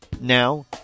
Now